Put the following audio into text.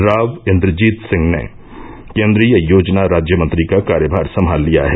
राव इन्द्रजीत सिंह ने केन्द्रीय योजना राज्य मंत्री का कार्यभार संभाल लिया है